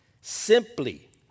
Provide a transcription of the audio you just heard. Simply